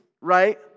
right